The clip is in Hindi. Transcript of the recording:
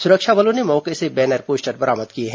सुरक्षा बलों ने मौके से बैनर पोस्टर बरामद किए हैं